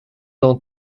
dans